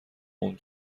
هنگ